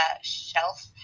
shelf